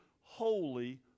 holy